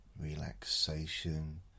relaxation